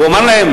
והוא אמר להם: